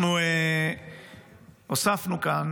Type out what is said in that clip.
אנחנו הוספנו כאן